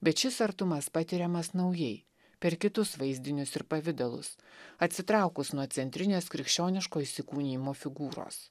bet šis artumas patiriamas naujai per kitus vaizdinius ir pavidalus atsitraukus nuo centrinės krikščioniško įsikūnijimo figūros